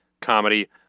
comedy